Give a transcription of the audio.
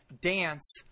dance